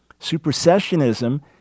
Supersessionism